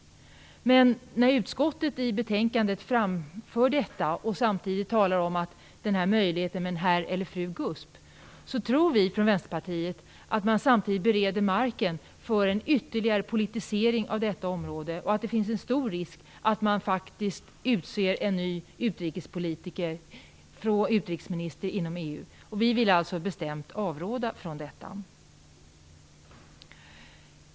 Men när utskottet i betänkandet framför detta och samtidigt talar om möjligheten med en "herr eller fru GUSP" tror vi i Vänsterpartiet att man samtidigt bereder marken för en ytterligare politisering av detta område, och att det finns en stor risk för att man faktiskt utser en ny utrikesminister inom EU. Vi vill alltså bestämt avråda från detta.